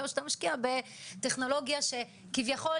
או שאתה משקיע בטכנולוגיה שהיא כביכול,